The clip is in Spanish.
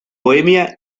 bohemia